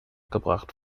gebracht